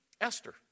Esther